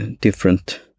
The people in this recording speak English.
different